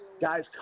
Guys